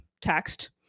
text